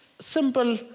simple